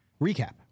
recap